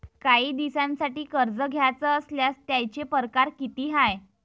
कायी दिसांसाठी कर्ज घ्याचं असल्यास त्यायचे परकार किती हाय?